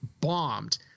bombed